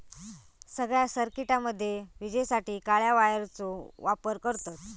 सगळ्या सर्किटामध्ये विजेसाठी काळ्या वायरचो वापर करतत